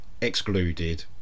excluded